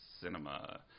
cinema